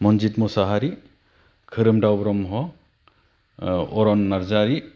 Manjit Mashahary Khoromdao Brahma Aran Narzary